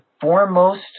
foremost